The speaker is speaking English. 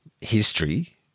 history